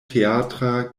teatra